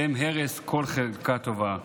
שהם הרס כל חלקה טובה.